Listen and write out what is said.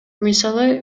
мисалы